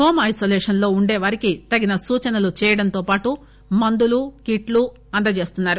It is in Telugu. హోం ఐనోలేషన్ లో ఉండే వారికి తగిన సూచనలు చేయడంతో పాటు మందులు కిట్లను అందచేస్తున్నారు